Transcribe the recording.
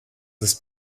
ist